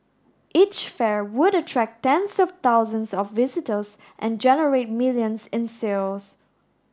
each fair would attract tens of thousands of visitors and generate millions in sales